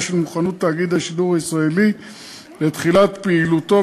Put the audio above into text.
של מוכנות תאגיד השידור הישראלי לתחילת פעילותו,